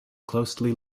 closely